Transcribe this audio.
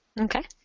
Okay